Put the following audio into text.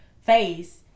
face